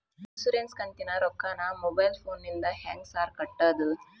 Insurance ಕಂತಿನ ರೊಕ್ಕನಾ mobile ಫೋನಿಂದ ಹೆಂಗ್ ಸಾರ್ ಕಟ್ಟದು?